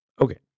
okay